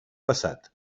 passat